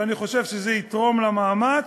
ואני חושב שזה יתרום למאמץ.